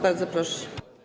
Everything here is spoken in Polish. Bardzo proszę.